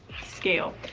scale.